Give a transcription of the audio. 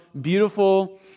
beautiful